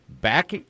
Back